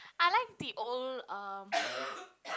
I like the old um